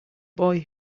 boy